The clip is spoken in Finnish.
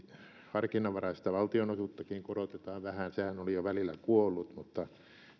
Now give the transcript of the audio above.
harkinnanvaraista valtionosuuttakin korotetaan vähän sehän oli jo välillä kuollut mutta se